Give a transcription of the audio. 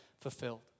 fulfilled